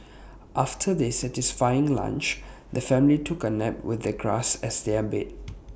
after their satisfying lunch the family took A nap with the grass as their bed